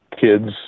kids